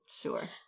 Sure